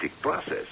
process